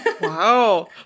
Wow